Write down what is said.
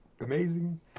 amazing